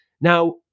Now